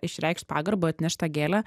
išreikšt pagarbą atnešt tą gėlę